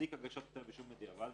מצדיק הגשת כתב אישום בדיעבד.